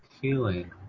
feeling